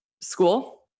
school